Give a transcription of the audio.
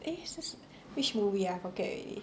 eh 是是 which movie ah I forget already